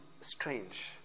strange